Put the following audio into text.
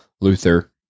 Luther